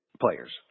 players